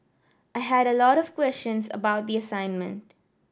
I had a lot of questions about the assignment